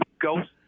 Ghost